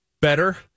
Better